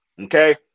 Okay